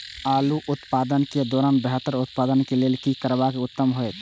आलू उत्पादन के दौरान बेहतर उत्पादन के लेल की करबाक उत्तम होयत?